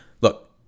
Look